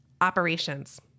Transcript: operations